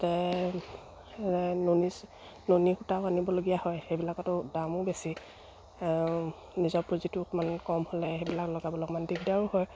তে নুনী নুনী সূতাও আনিবলগীয়া হয় সেইবিলাকতো দামো বেছি নিজৰ পুঁজিটো অকমান কম হ'লে সেইবিলাক লগাবলে অকমান দিগদাৰো হয়